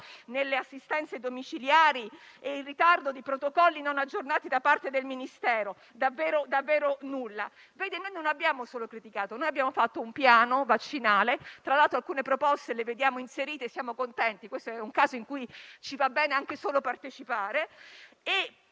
nelle assistenze domiciliari e il ritardo di protocolli non aggiornati da parte del Ministero. Davvero nulla. Noi non abbiamo solo criticato: abbiamo fatto un piano vaccinale. Tra l'altro, alcune proposte le vediamo inserite e ne siamo contenti. Questo è un caso in cui ci va bene anche solo il